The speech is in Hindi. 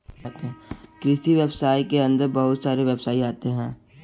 कृषि व्यवसाय के अंदर बहुत सारे व्यवसाय आते है